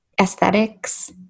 aesthetics